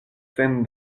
sen